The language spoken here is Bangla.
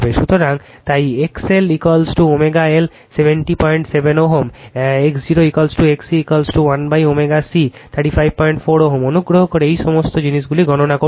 সুতরাং তাই XLLω 707 Ω X 0XC1ω C 354 Ω অনুগ্রহ করে এই সমস্ত জিনিসগুলি গণনা করুন